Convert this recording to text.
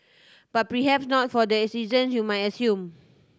but perhap not for the season you might assume